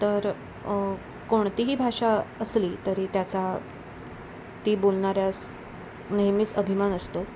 तर कोणतीही भाषा असली तरी त्याचा ती बोलणाऱ्यास नेहमीच अभिमान असतो